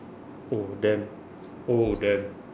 oh damn oh damn